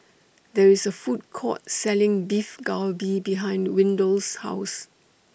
There IS A Food Court Selling Beef Galbi behind Windell's House